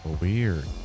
weird